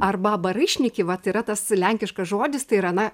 arba baryšnyki vat yra tas lenkiškas žodis tai yra na